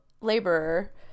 laborer